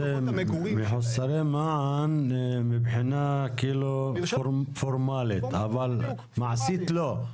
הם מחוסרי מען מבחינה פורמלית, אבל מעשית לא.